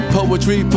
Poetry